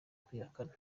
kuyihakana